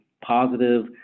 positive